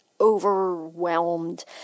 overwhelmed